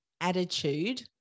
attitude